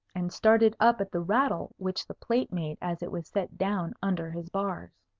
and started up at the rattle which the plate made as it was set down under his bars.